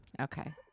Okay